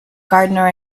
gardener